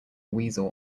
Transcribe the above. weasel